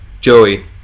Joey